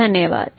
धन्यवाद